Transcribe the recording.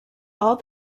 all